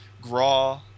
Graw